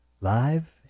live